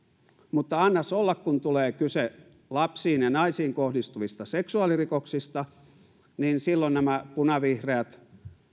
mutta annas olla kun tulee kyse lapsiin ja naisiin kohdistuvista seksuaalirikoksista niin silloin nämä punavihreät